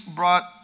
brought